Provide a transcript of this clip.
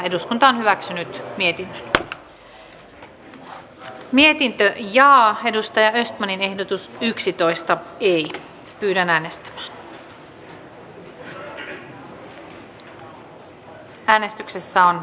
eduskunta edellyttää että hallitus antaa esityksen energiaintensiivisen teollisuuden energiaveron palautusjärjestelmän uudistamisesta jolla vahvistetaan vientisektorin kilpailukykyä